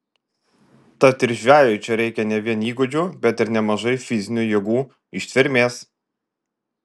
tad ir žvejui čia reikia ne vien įgūdžių bet ir nemažai fizinių jėgų ištvermės